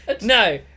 No